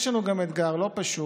יש לנו גם אתגר לא פשוט,